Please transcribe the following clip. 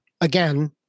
again